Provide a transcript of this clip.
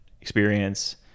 experience